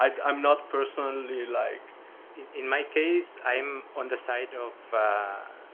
i'm i'm not personally, like in in my case, i'm on the side of